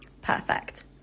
perfect